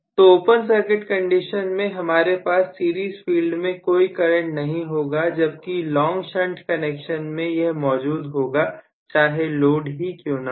तो open circuit condition में हमारे पास सीरीज फील्ड में कोई करंट नहीं होगा जबकि लॉन्ग शंट कनेक्शन में यह मौजूद होगा चाहे लोड ही क्यों ना हो